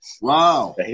Wow